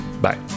Bye